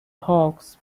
hawks